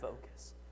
focus